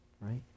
right